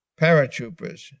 paratroopers